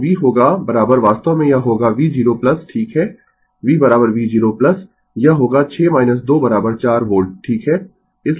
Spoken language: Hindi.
तो v होगा वास्तव में यह होगा v0 ठीक है v v0 यह होगा 6 2 4 वोल्ट ठीक है